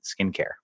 skincare